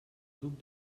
duc